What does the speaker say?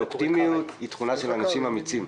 ואופטימיות היא תכונה של אנשים אמיצים,